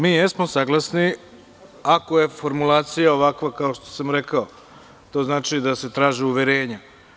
Mi jesmo saglasni, ako je formulacija ovakva kao što sam rekao, a to znači da se traži uverenje.